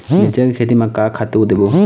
मिरचा के खेती म का खातू देबो?